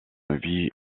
vie